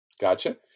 Gotcha